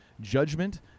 judgment